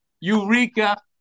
Eureka